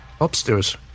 upstairs